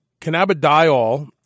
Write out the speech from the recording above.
cannabidiol